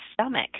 stomach